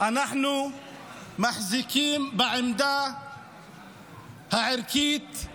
אנחנו מחזיקים בעמדה הערכית,